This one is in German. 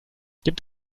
gibt